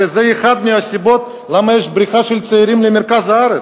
שזאת אחת הסיבות לכך שיש בריחה של צעירים למרכז הארץ.